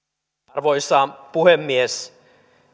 arvoisa puhemies